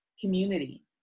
Community